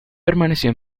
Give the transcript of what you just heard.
permaneció